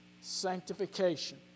sanctification